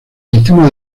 sistema